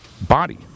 body